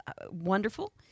wonderful